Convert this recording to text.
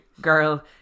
girl